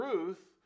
Ruth